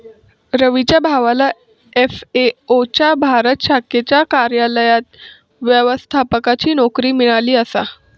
रवीच्या भावाला एफ.ए.ओ च्या भारत शाखेच्या कार्यालयात व्यवस्थापकाची नोकरी मिळाली आसा